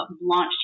launched